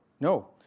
No